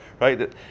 right